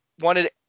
wanted